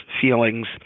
feelings